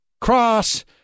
cross